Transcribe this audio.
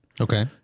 Okay